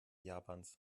japans